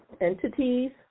entities